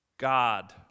God